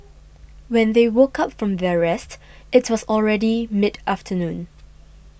when they woke up from their rest it was already mid afternoon